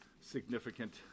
significant